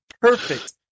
perfect